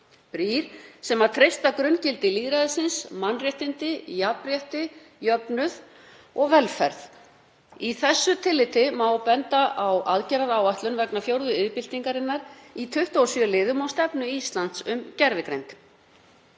brýr sem treysta grunngildi lýðræðisins, mannréttindi, jafnrétti, jöfnuð og velferð. Í því tilliti má benda á aðgerðaáætlun vegna fjórðu iðnbyltingarinnar í 27 liðum og stefnu Íslands um gervigreind.